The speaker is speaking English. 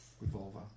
Revolver